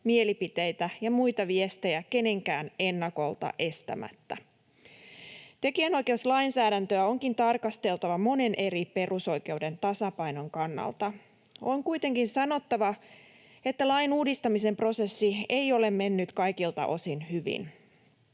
mielipiteitä ja muita viestejä kenenkään ennakolta estämättä. Tekijänoikeuslainsäädäntöä onkin tarkasteltava monen eri perusoikeuden tasapainon kannalta. On kuitenkin sanottava, että lain uudistamisen prosessi ei ole mennyt kaikilta osin hyvin.